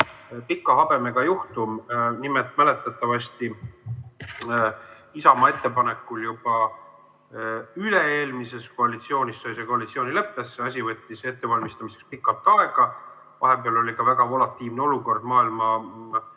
pika habemega juhtum. Nimelt, mäletatavasti Isamaa ettepanekul juba üle-eelmises koalitsioonis sai see koalitsioonileppese. Asja ettevalmistamine võttis pikalt aega, vahepeal oli ka väga volatiilne olukord maailma